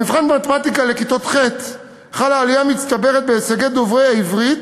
במבחן במתמטיקה לכיתות ח' חלה עלייה מצטברת בהישגי דוברי העברית,